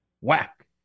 Whack